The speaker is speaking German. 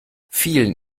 vielen